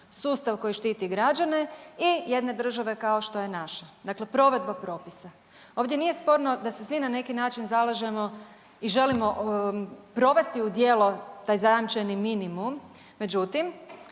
sustav koji štiti građane i jedne države kao što je naša. Dakle, provedba propisa. Ovdje nije sporno da se svi na neki način zalažemo i želimo provesti u djelo taj zajamčeni minimum